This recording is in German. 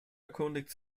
erkundigt